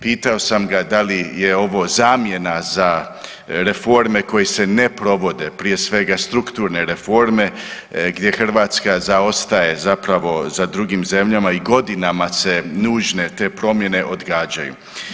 Pitao sam ga da li je ovo zamjena za reforme koje se ne provode, prije svega strukturne reforme gdje Hrvatska zaostaje zapravo za drugim zemljama i godinama se nužne te promjene odgađaju.